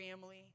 family